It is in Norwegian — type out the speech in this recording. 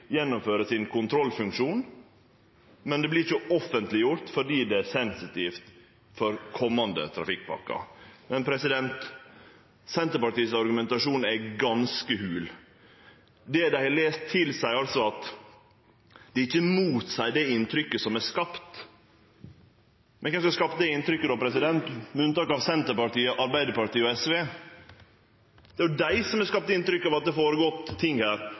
gjennomføre sin kontrollfunksjon, men det vert ikkje offentleggjort, fordi det er sensitivt for komande trafikkpakker. Men argumentasjonen til Senterpartiet er ganske hol. Det dei har lese, motseier altså ikkje det inntrykket som er skapt. Men kven er det som har skapt det inntrykket då, andre enn Senterpartiet, Arbeiderpartiet og SV? Det er jo dei som har skapt det inntrykket at det har føregått ting her,